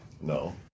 No